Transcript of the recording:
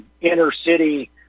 inner-city